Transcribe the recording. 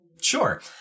Sure